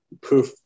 poof